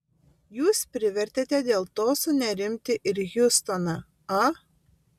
jūs privertėte dėl to sunerimti ir hjustoną a